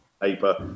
paper